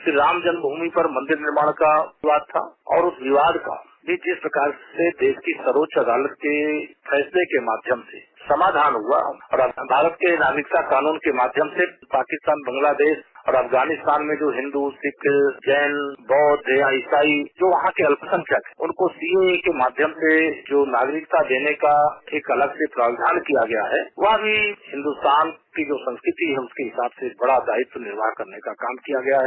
श्रीराम जन्म भूमि पर मंदिर निर्माण का विवाद था और उस विवाद का जिस जिस प्रकार से देश की सर्वोच्च अदालत में फैसले के माध्यम से समाधान हुआ और भारत के नागरिकता कानून के माध्यम से पाकिस्तान बांग्लादेश और अफगानिस्तान में जो हिन्दू सिख जैन बौद्ध ईसाई जो वहां के अल्पसंख्यक है उनको सीएए के माध्यम से जो नागरिकता देने का एक अलग से प्रावधान किया गया है वह भी हिन्दुस्तान की जो संस्कृति है उसके हिसाब से बड़ा दायितव निर्वाह करने का काम किया गया है